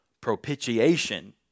propitiation